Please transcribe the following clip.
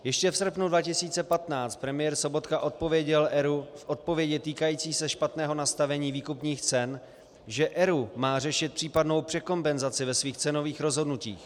Ještě v srpnu 2015 premiér Sobotka odpověděl ERÚ v odpovědi týkající se špatného nastavení výkupních cen, že ERÚ má řešit případnou překompenzaci ve svých cenových rozhodnutích.